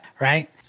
right